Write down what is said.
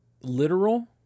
literal